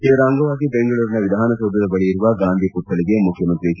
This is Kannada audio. ಇದರ ಅಂಗವಾಗಿ ಬೆಂಗಳೂರಿನ ವಿಧಾನಸೌಧದ ಬಳಿ ಇರುವ ಗಾಂಧಿ ಹುತ್ತಳಿಗೆ ಮುಖ್ಯಮಂತ್ರಿ ಎಚ್